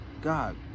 God